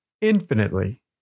infinitely